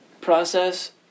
process